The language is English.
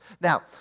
Now